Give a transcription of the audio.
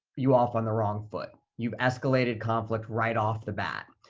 you off on the wrong foot. you've escalated conflict right off the bat.